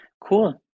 Cool